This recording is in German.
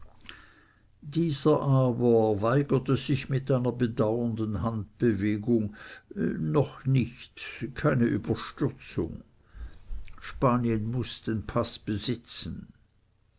dieser aber weigerte sich mit einer bedauernden handbewegung noch nicht keine überstürzung spanien muß den paß besitzen